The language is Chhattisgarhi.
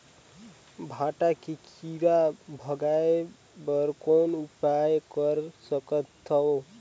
भांटा के कीरा भगाय बर कौन उपाय कर सकथव?